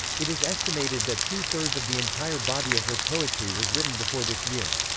it is estimated that two-thirds of the entire body of her poetry was written before this year.